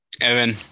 Evan